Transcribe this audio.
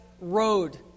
road